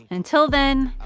until then,